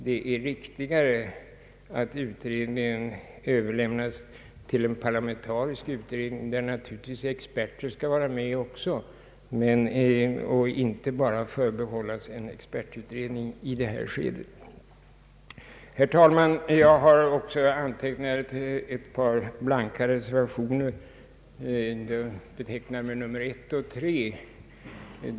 Det är viktigare ait tillsätta en parlamentarisk utredning, där naturligtvis experter bör ingå, än att frågan i detta skede förbehålles en expertutredning. Herr talman! Jag har också avgivit ett par blanka reservationer, betecknade med 1 och 3.